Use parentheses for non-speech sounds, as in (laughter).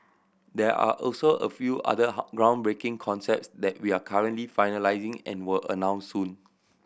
there are also a few other (unintelligible) groundbreaking concepts that we're currently finalising and will announce soon